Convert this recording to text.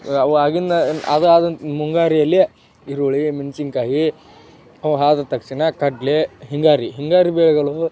ಅವು ಆಗಿನ ಅದು ಆದ ಮುಂಗಾರಿಯಲ್ಲಿ ಈರುಳ್ಳಿ ಮೆಣ್ಸಿನ ಕಾಯಿ ಅವು ಆದ ತಕ್ಷಣ ಕಡಲೆ ಹಿಂಗಾರು ಹಿಂಗಾರು ಬೆಳೆಗಳು